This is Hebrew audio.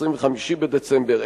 25 בדצמבר,